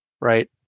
right